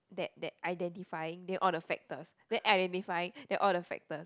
that that identifying then all the factors then identifying then all the factors